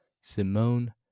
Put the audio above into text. Simone